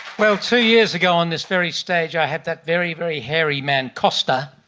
well, two years ago on this very stage i had that very, very hairy man costa